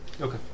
Okay